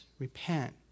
repent